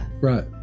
right